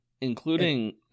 including